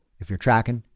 if you're tracking,